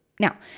Now